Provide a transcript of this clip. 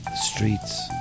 streets